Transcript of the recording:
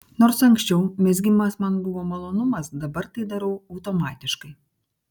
nors anksčiau mezgimas man buvo malonumas dabar tai darau automatiškai